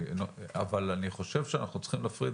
אבל אני חושב שאנחנו צריכים להפריד